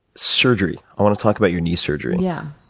surgery. i wanna talk about your knee surgery. yeah.